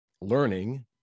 learning